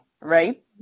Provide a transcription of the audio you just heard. right